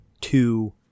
two